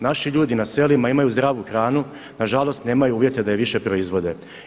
Naši ljudi na selima imaju zdravu hranu, nažalost nemaju uvjete da je više proizvode.